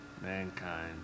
mankind